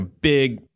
big